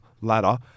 ladder